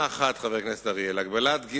חבר הכנסת אורי אריאל שאל את שר